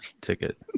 ticket